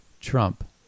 Trump